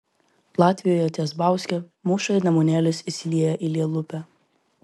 latvijoje ties bauske mūša ir nemunėlis įsilieja į lielupę